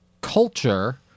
culture